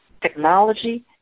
technology